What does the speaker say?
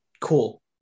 cool